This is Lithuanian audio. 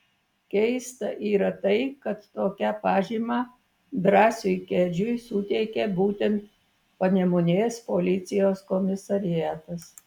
keista yra tai kad tokią pažymą drąsiui kedžiui suteikė būtent panemunės policijos komisariatas